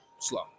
Slow